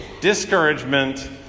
discouragement